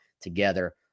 together